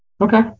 Okay